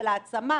של העצמה,